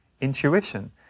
intuition